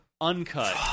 uncut